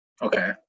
Okay